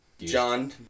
John